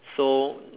so